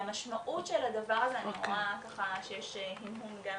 אני רואה שיש הנהון גם